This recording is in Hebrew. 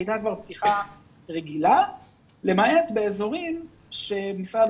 הייתה כבר פתיחה רגילה באזורים שמשרד